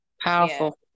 Powerful